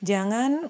Jangan